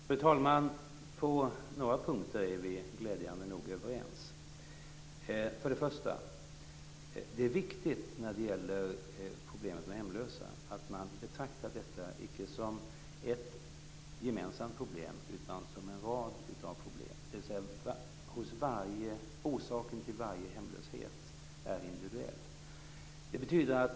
Fru talman! På några punkter är vi glädjande nog överens. Först och främst är det viktigt när det gäller problemet med hemlösa att man betraktar detta, icke som ett gemensamt problem utan som en rad av problem, dvs. orsaken till varje hemlöshet är individuell.